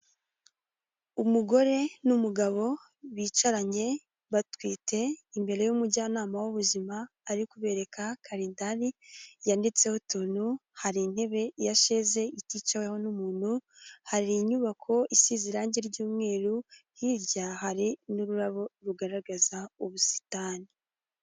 Umugore n'umugabo bicaranye batwite imbere y'umujyanama w'ubuzima ari kubereka karindari yanditseho utuntu hari intebe ya sheze iticaweho n'umuntu hari inyubako isize irangi ry'umweru hirya hari n'ururabo rugaragaza ubusitani.